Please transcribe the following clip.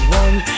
one